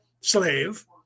slave